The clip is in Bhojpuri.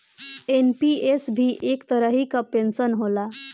एन.पी.एस भी एक तरही कअ पेंशन होला